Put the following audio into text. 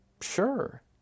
sure